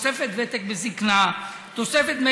תוספת ותק וזקנה,